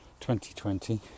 2020